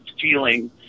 feeling